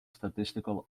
statistical